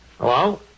Hello